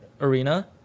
arena